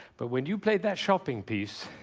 but when you played that shopping piece.